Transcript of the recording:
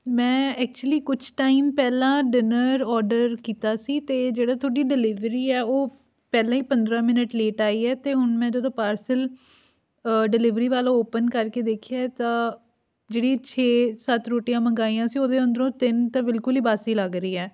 ਮੈਂ ਐਕਚੁਲੀ ਕੁਛ ਟਾਈਮ ਪਹਿਲਾਂ ਡਿਨਰ ਔਡਰ ਕੀਤਾ ਸੀ ਅਤੇ ਜਿਹੜਾ ਤੁਹਾਡੀ ਡਿਲੀਵਰੀ ਹੈ ਉਹ ਪਹਿਲਾਂ ਹੀ ਪੰਦਰ੍ਹਾਂ ਮਿਨਟ ਲੇਟ ਆਈ ਹੈ ਅਤੇ ਹੁਣ ਮੈਂ ਜਦੋਂ ਪਾਰਸਲ ਡਿਲੀਵਰੀ ਵਾਲਾ ਓਪਨ ਕਰਕੇ ਦੇਖਿਆ ਤਾਂ ਜਿਹੜੀ ਛੇ ਸੱਤ ਰੋਟੀਆਂ ਮੰਗਵਾਈਆਂ ਸੀ ਉਹਦੇ ਅੰਦਰੋਂ ਤਿੰਨ ਤਾਂ ਬਿਲਕੁਲ ਹੀ ਬਾਸੀ ਲੱਗ ਰਹੀ ਹੈ